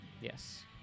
Yes